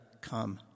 come